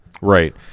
Right